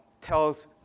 tells